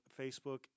Facebook